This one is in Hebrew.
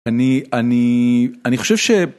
אני אני אני חושב ש...